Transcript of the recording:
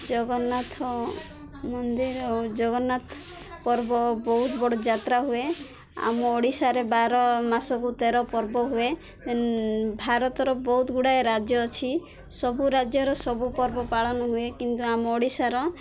ଜଗନ୍ନାଥ ମନ୍ଦିର ଜଗନ୍ନାଥ ପର୍ବ ବହୁତ ବଡ଼ ଯାତ୍ରା ହୁଏ ଆମ ଓଡ଼ିଶାରେ ବାର ମାସକୁ ତେର ପର୍ବ ହୁଏ ଭାରତର ବହୁତ ଗୁଡ଼ାଏ ରାଜ୍ୟ ଅଛି ସବୁ ରାଜ୍ୟର ସବୁ ପର୍ବ ପାଳନ ହୁଏ କିନ୍ତୁ ଆମ ଓଡ଼ିଶାର